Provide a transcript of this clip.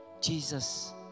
Jesus